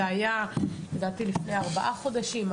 זה היה לדעתי לפני ארבעה חודשים,